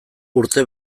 urte